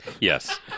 Yes